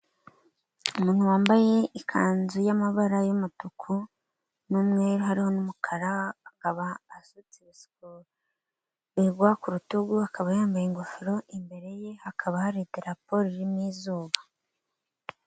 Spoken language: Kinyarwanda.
Umuntu wambaye ikanzu y'amabara y'umutuku n'umweru hariho n'umukara, akaba asutse ibisuko bigwa ku rutugu akaba yambaye ingofero, imbere ye hakaba hari idarapo ririmo izuba.